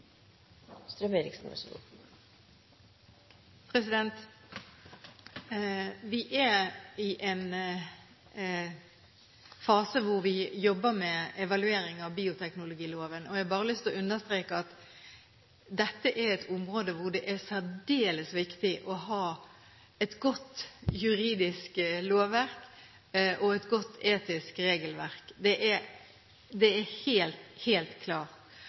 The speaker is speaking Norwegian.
i en fase hvor vi jobber med evaluering av bioteknologiloven. Jeg har bare lyst til å understreke at dette er et område hvor det er særdeles viktig å ha et godt juridisk lovverk og et godt etisk regelverk. Det er helt klart. Jeg tror ikke at det er